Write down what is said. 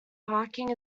parking